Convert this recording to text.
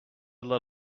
lot